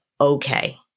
okay